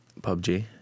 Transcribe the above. PUBG